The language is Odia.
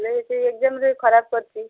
ହେଲେ ସେ ଏଗ୍ଜାମ୍ରେ ଖରାପ କରିଛି